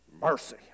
mercy